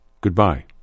Goodbye